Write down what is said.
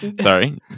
Sorry